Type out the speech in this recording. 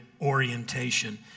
orientation